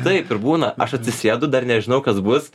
taip ir būna aš atsisėdu dar nežinau kas bus